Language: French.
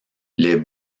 les